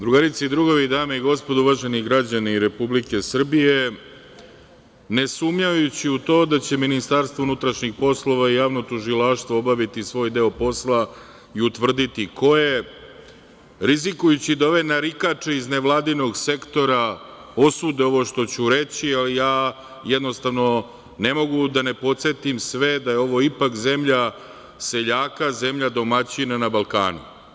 Drugarice i drugovi, dame i gospodo, uvaženi građani Republike Srbije, ne sumnjajući u to da će MUP i javno tužilaštvo obaviti svoj deo posla i utvrditi ko je, rizikujući da ove narikače iz nevladinog sektora osude ovo što ću reći, ali jednostavno ne mogu da ne podsetim sve da je ovo ipak zemlja seljaka, zemlja domaćina na Balkanu.